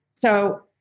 So-